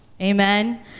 amen